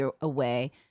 away